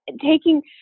taking